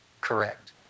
correct